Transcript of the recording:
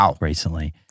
recently